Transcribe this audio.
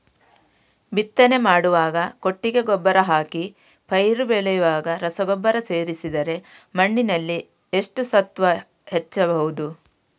ಬಿತ್ತನೆ ಮಾಡುವಾಗ ಕೊಟ್ಟಿಗೆ ಗೊಬ್ಬರ ಹಾಕಿ ಪೈರು ಬೆಳೆಯುವಾಗ ರಸಗೊಬ್ಬರ ಸೇರಿಸಿದರೆ ಮಣ್ಣಿನಲ್ಲಿ ಎಷ್ಟು ಸತ್ವ ಹೆಚ್ಚಬಹುದು?